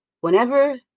Whenever